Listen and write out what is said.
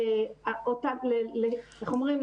איך אומרים,